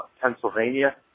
Pennsylvania